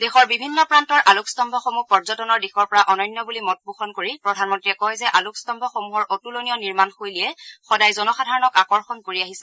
দেশৰ বিভিন্ন প্ৰান্তৰ আলোকস্তম্ভসমূহ পৰ্যটনৰ দিশৰ পৰা অনন্য বুলি মত পোষণ কৰি প্ৰধানমন্ত্ৰীয়ে কয় যে আলোকস্তম্ভসমূহৰ অতুলনীয় নিৰ্মাণশৈলীয়ে সদায় জনসাধাৰণক আকৰ্যণ কৰি আহিছে